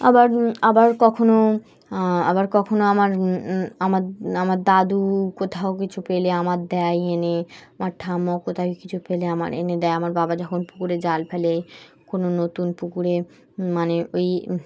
আবার আবার কখনো আবার কখনও আমার আমার আমার দাদু কোথাও কিছু পেলে আমার দেয় এনে আমার ঠাম্মা কোথাও কিছু পেলে আমার এনে দেয় আমার বাবা যখন পুকুরে জাল ফেলে কোনো নতুন পুকুরে মানে ওই